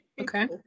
okay